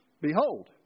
Behold